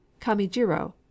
Kamijiro